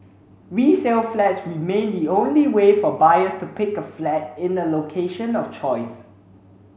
resale flats remain the only way for buyers to pick a flat in a location of choice